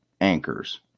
anchors